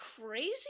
crazy